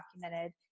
documented